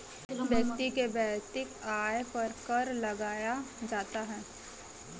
व्यक्ति के वैयक्तिक आय पर कर लगाया जाता है